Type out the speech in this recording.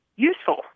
useful